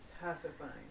pacifying